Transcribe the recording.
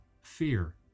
fear